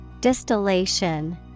Distillation